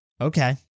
Okay